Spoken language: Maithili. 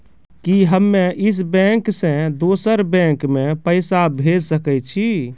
कि हम्मे इस बैंक सें दोसर बैंक मे पैसा भेज सकै छी?